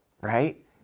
right